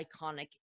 iconic